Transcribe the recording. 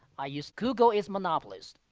i use google is monopolist.